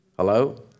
Hello